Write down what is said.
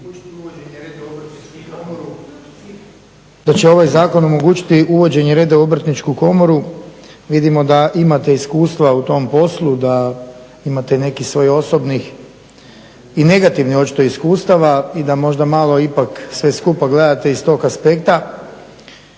da će ovaj zakon omogućiti uvođenje reda u Obrtničku komoru vidimo da imate iskustva u tom poslu da imate i neki svojih osobnih i negativnih očito iskustava i da možda malo ipak sve skupa gledate iz tog aspekta.